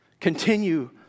Continue